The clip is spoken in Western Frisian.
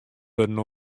wurden